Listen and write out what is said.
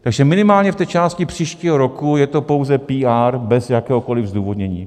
Takže minimálně v té části příštího roku je to pouze PR bez jakéhokoliv zdůvodnění.